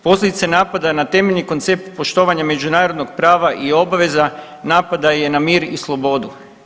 Posljedice napada na temeljni koncept poštovanja međunarodnog prava i obveza napada je na mir i slobodu.